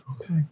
Okay